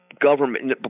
government